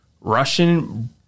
Russian